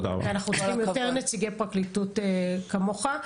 אנחנו צריכים יותר נציגי פרקליטות כמוך.